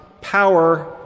power